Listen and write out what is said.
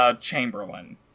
Chamberlain